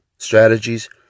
Strategies